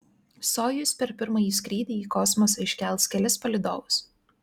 sojuz per pirmąjį skrydį į kosmosą iškels kelis palydovus